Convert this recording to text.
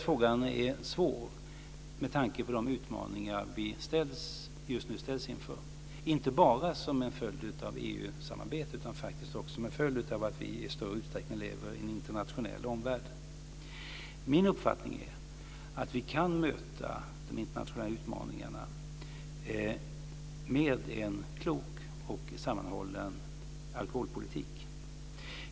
Frågan är svår med tanke på de utmaningar vi just nu ställs inför, inte bara som en följd av EU samarbetet utan faktiskt också som en följd av att vi i större utsträckning lever i en internationell omvärld. Min uppfattning är att vi kan möta de internationella utmaningarna med en klok och sammanhållen alkoholpolitik.